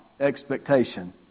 expectation